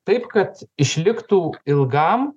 taip kad išliktų ilgam